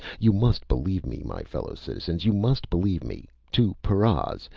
you must believe me, my fellow-citizens. you must believe me! to paras,